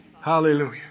Hallelujah